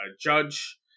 judge